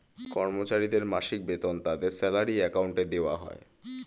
কর্মচারীদের মাসিক বেতন তাদের স্যালারি অ্যাকাউন্টে দেওয়া হয়